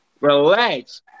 relax